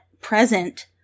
present